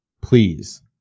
Please